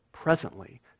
Presently